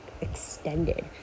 extended